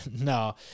No